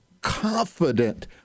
confident